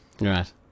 right